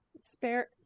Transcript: Spare